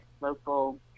local